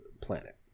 planet